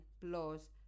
plus